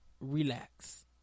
relax